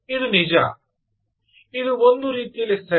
ಇದು ನಿಜ ಇದು ಒಂದು ರೀತಿಯಲ್ಲಿ ಸರಿ